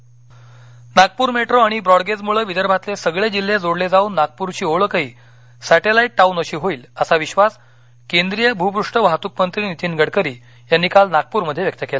गडकरी मख्यमंत्री Nagpur metro Nagpur metro आणि ब्रॉडगेजमुळे विदर्भातले सगळे जिल्हे जोडले जाऊन नागपूरची ओळखही सॅटेलाईट टाऊन अशी होईल असा विश्वास केंद्रीय भूपृष्ठ वाहतुकमंत्री नितीन गडकरी यांनी काल नागपुस्मध्ये व्यक्त केला